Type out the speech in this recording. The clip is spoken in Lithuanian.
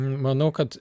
manau kad